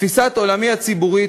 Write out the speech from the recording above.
תפיסת עולמי הציבורית,